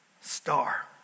star